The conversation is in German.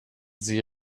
sie